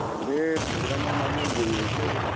बे प्रग्रामाव माने जों इसे